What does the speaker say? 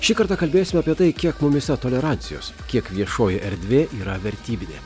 šį kartą kalbėsime apie tai kiek mumyse tolerancijos kiek viešoji erdvė yra vertybinė